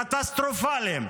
קטסטרופליים.